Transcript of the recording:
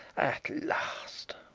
at last!